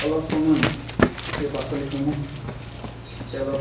অলপ সময় সেই পাচলিসমূহ তেলত